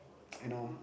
you know